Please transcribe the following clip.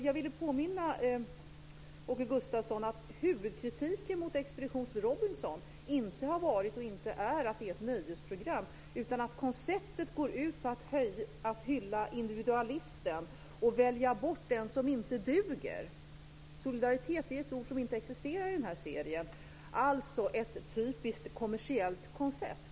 Jag vill påminna Åke Gustavsson om att huvudkritiken mot Expedition: Robinson inte har gällt och inte gäller att det är ett nöjesprogram, utan att konceptet går ut på att hylla individualisten och välja bort den som inte duger. Solidaritet är ett ord som inte existerar i serien. Det är alltså ett typiskt kommersiellt koncept.